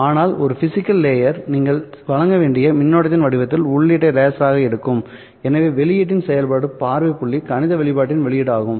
ஆனால் ஒரு physical laser நீங்கள் வழங்க வேண்டிய மின்னோட்டத்தின் வடிவத்தில் உள்ளீட்டை லேசராக எடுக்கும் எனவேவெளியீட்டின் செயல்பாட்டு பார்வை புள்ளி கணித வெளிப்பாட்டின் வெளியீடு ஆகும்